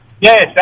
Yes